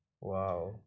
Wow